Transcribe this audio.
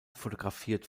fotografiert